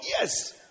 yes